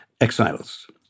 exiles